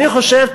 אני חושב,